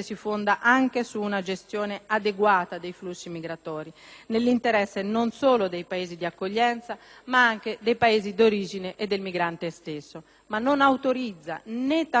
si fonda anche su una gestione adeguata dei flussi migratori, nell'interesse non solo dei Paesi di accoglienza, ma anche dei Paesi d'origine e del migrante stesso, ma non autorizza, né tantomeno richiede l'adozione di misure